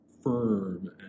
firm